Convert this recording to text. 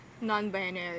non-binary